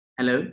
Hello